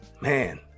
man